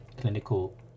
clinical